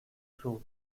true